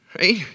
right